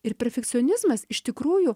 ir perfekcionizmas iš tikrųjų